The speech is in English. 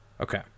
Okay